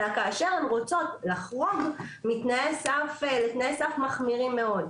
אלא כאשר הן רוצות לחרוג מתנאי הסף לתנאי סף מחמירים מאוד.